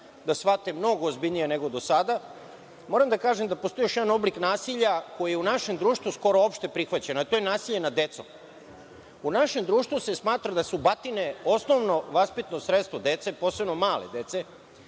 da shvate mnogo ozbiljnije nego do sada. Moram da kažem postoji još jedan oblik nasilja koji je u našem društvu skoro opšte prihvaćen, a to je nasilje nad decom. U našem društvu se smatra da su batine osnovno vaspitno sredstvo dece, posebno male dece